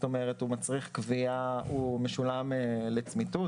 כלומר הוא משולם לצמיתות,